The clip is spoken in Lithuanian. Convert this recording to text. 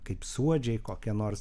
kaip suodžiai kokie nors